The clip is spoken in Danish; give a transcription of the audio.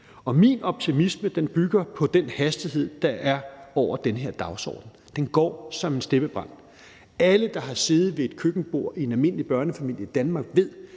og min optimisme bygger på den hastighed, der er over den her dagsorden. Den går som en steppebrand. Alle, der har siddet ved et køkkenbord i en almindelig børnefamilie i Danmark, ved,